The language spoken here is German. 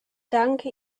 danke